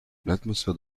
l’atmosphère